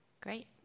Great